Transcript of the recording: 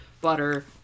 butter